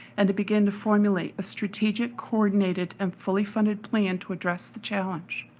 and to begin to formulate a strategic coordinated and fully funded plan to address the challenge.